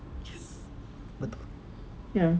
yes betul ya